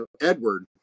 Edward